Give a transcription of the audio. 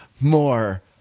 more